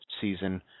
season